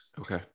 Okay